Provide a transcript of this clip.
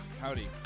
Howdy